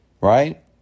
right